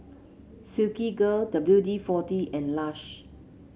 Silkygirl W D forty and Lush